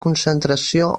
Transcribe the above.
concentració